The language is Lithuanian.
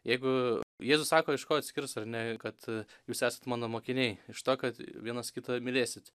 jeigu jėzus sako iš ko atskirs ar ne kad jūs esat mano mokiniai iš to kad vienas kitą mylėsit